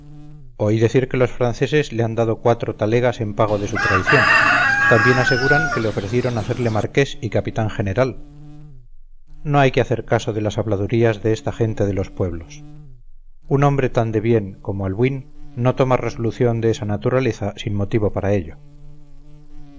oí decir que los franceses le han dado cuatro talegas en pago de su traición también aseguran que le ofrecieron hacerle marqués y capitán general no hay que hacer caso de las habladurías de esta gente de los pueblos un hombre tan de bien como albuín no toma resolución de esa naturaleza sin motivo para ello